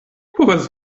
povas